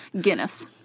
Guinness